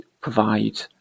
provide